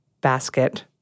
basket